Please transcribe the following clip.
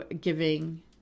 giving